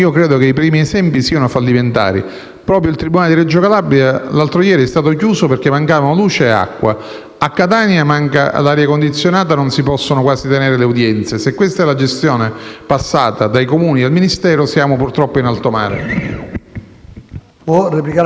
Proprio il tribunale di Reggio Calabria l'altro ieri è stato chiuso perché mancavano luce e acqua, a Catania manca l'aria condizionata e non si possono quasi tenere le udienze: se questa è la gestione passata dai Comuni al Ministero, siamo, purtroppo, in alto mare.